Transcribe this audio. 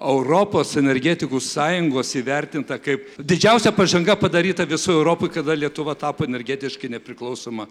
europos energetikų sąjungos įvertinta kaip didžiausia pažanga padaryta visoj europoj kada lietuva tapo energetiškai nepriklausoma